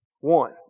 One